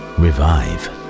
revive